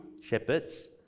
shepherds